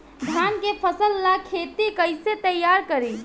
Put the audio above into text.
धान के फ़सल ला खेती कइसे तैयार करी?